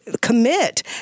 commit